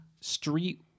street